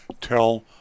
tell